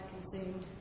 consumed